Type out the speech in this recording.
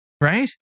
right